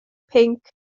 pinc